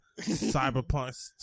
Cyberpunk